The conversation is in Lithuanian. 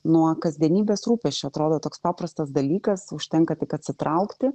nuo kasdienybės rūpesčių atrodo toks paprastas dalykas užtenka tik atsitraukti